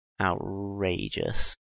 Outrageous